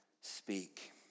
speak